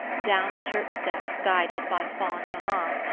down the church-steps, guided by fond mammas,